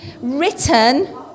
written